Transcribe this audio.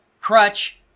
crutch